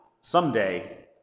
someday